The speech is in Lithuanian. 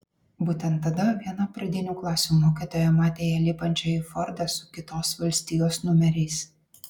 būtent tada viena pradinių klasių mokytoja matė ją lipančią į fordą su kitos valstijos numeriais